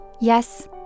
Yes